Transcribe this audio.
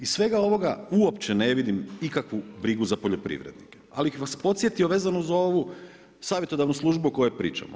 Iz svega ovoga uopće ne vidim ikakvu brigu za poljoprivrednike, ali bi vas podsjetio vezano uz ovu savjetodavnu službu o kojoj pričamo.